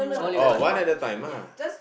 orh one at a time ah